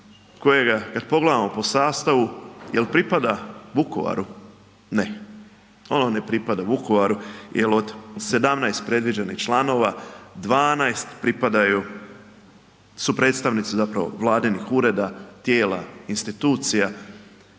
kada pogledamo po sastavu jel pripada Vukovaru? Ne, ono ne pripada Vukovaru jel od 17 predviđenih članova 12 pripadaju su predstavnici vladinih ureda, tijela, institucija,